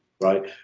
Right